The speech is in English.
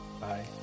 Bye